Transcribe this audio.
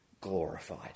glorified